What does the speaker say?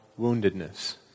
woundedness